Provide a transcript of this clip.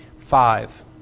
Five